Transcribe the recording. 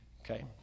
Okay